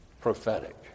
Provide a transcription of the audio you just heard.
prophetic